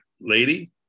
lady